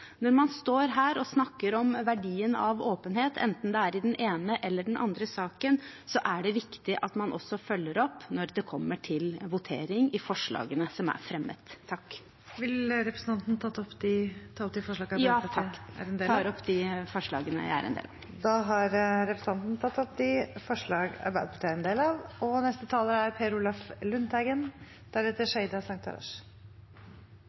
Når man står her og snakker om verdien av åpenhet, enten det er i den ene eller den andre saken, er det viktig at man også følger opp når det kommer til votering av forslagene som er fremmet. Jeg tar opp de forslagene Arbeiderpartiet er en del av. Representanten Tuva Moflag har tatt opp de forslagene hun refererte til. Jeg er enig med representanten Tuva Moflag i at dette er en fortsettelse av den forrige debatten, men når jeg ser utover salen, er